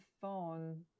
phone